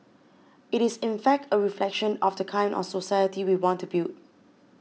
it is in fact a reflection of the kind of society we want to build